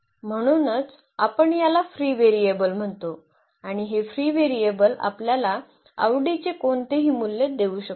म्हणूनच आपण याला फ्री व्हेरिएबल म्हणतो आणि हे फ्री व्हेरिएबल आपल्याला आवडीचे कोणतेही मूल्य देऊ शकतो